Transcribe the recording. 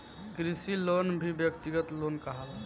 कृषि लोन भी व्यक्तिगत लोन कहाला